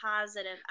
positive